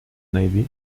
navy